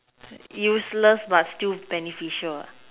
useless but still beneficial ah